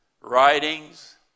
writings